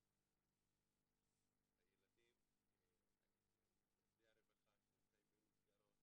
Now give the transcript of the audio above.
שילדי הרווחה שנמצאים במסגרות